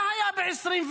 מה היה ב-2023?